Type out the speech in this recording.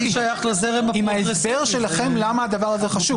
הממשלתית עם ההסבר שלכם למה הדבר הזה חשוב.